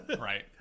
right